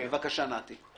בבקשה, נתי.